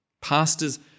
Pastors